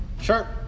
sure